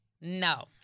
No